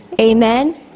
Amen